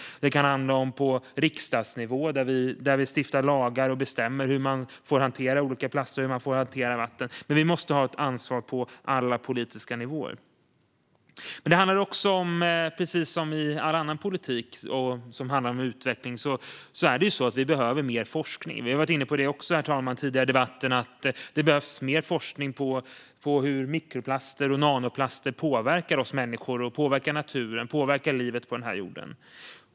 Det kan handla om riksdagsnivå, där vi stiftar lagar och bestämmer hur man får hantera olika plaster och vatten. Det måste finnas ett ansvar på alla politiska nivåer. Precis som i all annan politik som handlar om utveckling behövs mer forskning. Vi har tidigare i debatten varit inne på att det behövs mer forskning på hur mikroplaster och nanoplaster påverkar oss människor, naturen och livet på jorden.